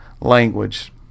language